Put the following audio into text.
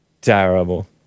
Terrible